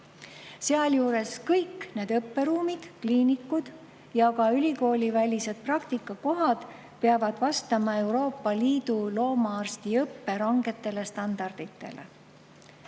Sealjuures kõik need õpperuumid, kliinikud ja ka ülikoolivälised praktikakohad peavad vastama Euroopa Liidu loomaarstiõppe rangetele standarditele. Ülikooli